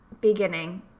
beginning